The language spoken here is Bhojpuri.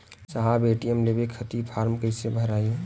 साहब ए.टी.एम लेवे खतीं फॉर्म कइसे भराई?